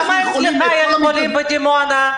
כמה חולים יש בדימונה?